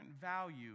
value